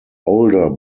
older